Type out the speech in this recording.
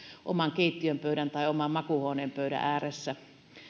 oman keittiönpöydän tai oman makuuhuoneen pöydän ääressä